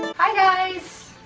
hi guys.